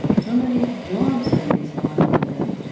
so many jobs could be spawned by them.